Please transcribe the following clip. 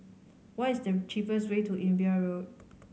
what is the cheapest way to Imbiah Road